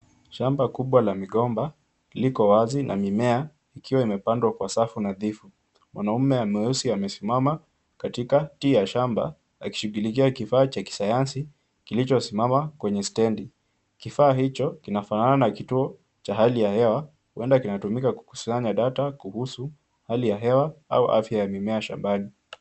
Shamba kubwa la migomba liko wazi na mimea ikiwa imepandwa kwa safu nadhifu. Mwanaume mweusi amesimama katikati ya shamba akishughulikia kifaa cha kisayansi kilichosimama kwenye stendi. Kifaa hicho kinafanana na kituo cha hali ya hewa, huenda kinatumika kukisanya data kuhusu hali ya hewa au afya ya mimea shambani.